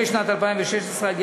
לשנת 2016,